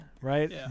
right